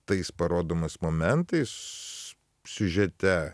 tais parodomais momentais siužete